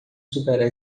superar